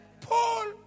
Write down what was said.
Paul